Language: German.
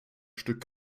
stück